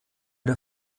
der